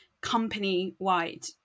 company-wide